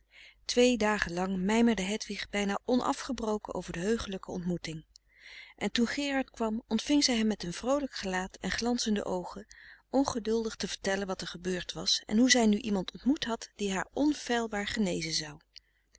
twee dagen lang mijmerde hedwig bijna onafgebroken over de heuchelijke ontmoeting en toen gerard kwam ontving zij hem met een vroolijk gelaat en glanzige oogen ongeduldig te vertellen wat er gebeurd was en hoe zij nu iemand ontmoet had die haar onfeilbaar genezen zou